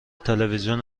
تلویزیون